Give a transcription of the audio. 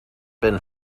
been